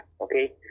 Okay